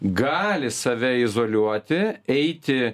gali save izoliuoti eiti